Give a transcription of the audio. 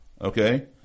okay